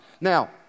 now